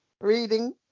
Reading